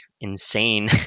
insane